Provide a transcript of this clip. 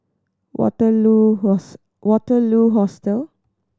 Waterloo Host Waterloo Hostel